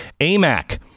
AMAC